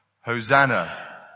Hosanna